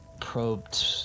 probed